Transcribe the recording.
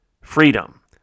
Freedom